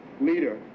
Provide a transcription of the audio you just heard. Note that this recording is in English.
leader